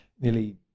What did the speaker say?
nearly